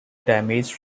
damage